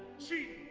she